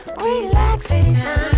relaxation